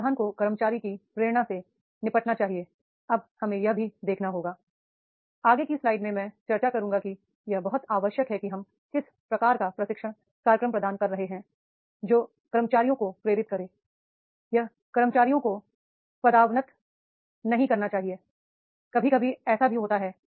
समाधान को कर्मचारी की प्रेरणा से निपटना चाहिए अब हमें यह भी देखना होगा आगे की स्लाइड्स में मैं चर्चा करूँगा कि यह बहुत आवश्यक है कि हम किस प्रकार का प्रशिक्षण कार्यक्रम प्रदान कर रहे हैं जो कर्मचारियों को प्रेरित करे यह कर्मचारियों को पदावनत नहीं करना चाहिए कभी कभी ऐसा भी होता है